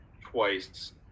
twice